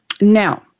Now